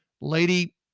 lady